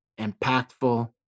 impactful